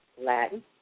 Latin